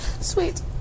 Sweet